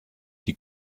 die